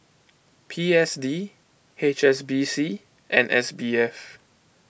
P S D H S B C and S B F